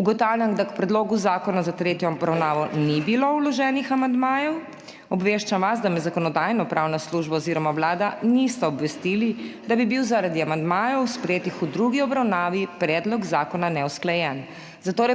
Ugotavljam, da k predlogu zakona za tretjo obravnavo ni bilo vloženih amandmajev. Obveščam vas, da me Zakonodajno-pravna služba oziroma Vlada nista obvestili, da bi bil zaradi amandmajev, sprejetih v drugi obravnavi, predlog zakona neusklajen.